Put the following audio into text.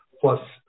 plus